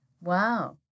Wow